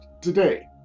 today